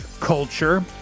culture